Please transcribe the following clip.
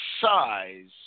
size